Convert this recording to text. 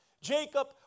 Jacob